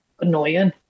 annoying